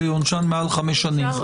שעונשן מעל חמש שנים.